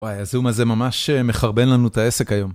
וואי, הזום הזה ממש מחרבן לנו את העסק היום.